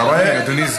אין לכם ילדים, אתם?